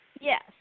yes